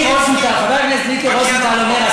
חבר הכנסת מיקי רוזנטל אומר,